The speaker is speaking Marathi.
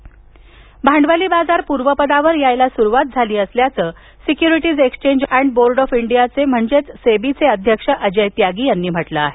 सेबी भांडवली बाजार पूर्वपदावर येण्यास सुरुवात झाली असल्याचं securities exchange and board of इंडियाचे म्हणजेच सेबीचे अध्यक्ष अजय त्यागी यांनी म्हटलं आहे